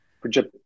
project